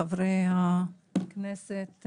חברי הכנסת,